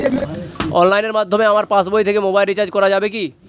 অনলাইনের মাধ্যমে আমার পাসবই থেকে মোবাইল রিচার্জ করা যাবে কি?